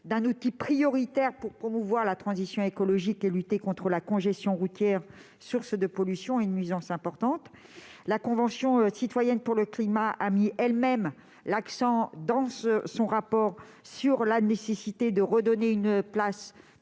un outil prioritaire pour promouvoir la transition écologique et lutter contre la congestion routière, source de pollution et de nuisances importantes. La Convention citoyenne pour le climat a elle-même mis l'accent, dans son rapport, sur la nécessité de redonner une place plus